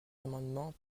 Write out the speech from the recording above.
amendements